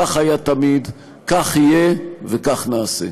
כך היה תמיד, כך יהיה וכך נעשה.